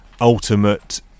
ultimate